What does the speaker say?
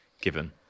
given